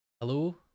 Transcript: Hello